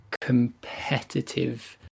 competitive